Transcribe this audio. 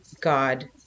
God